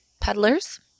peddlers